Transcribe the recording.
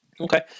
Okay